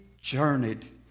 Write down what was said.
journeyed